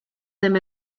them